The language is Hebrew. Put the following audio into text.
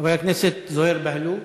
חבר הכנסת זוהיר בהלול,